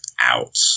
out